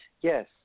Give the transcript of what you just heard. Yes